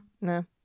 No